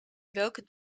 welke